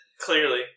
Clearly